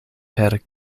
per